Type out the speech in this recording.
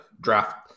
draft